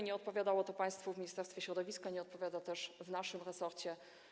Nie odpowiadało to państwu w Ministerstwie Środowiska, nie odpowiada też w naszym resorcie.